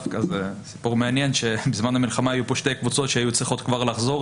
זה סיפור מעניין שבזמן המלחמה היו פה שתי קבוצות שהיו צריכות לחזור